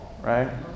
right